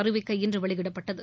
அறிவிக்கை இன்று வெளியிடப்பட்டது